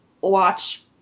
watch